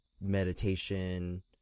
meditation